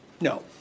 No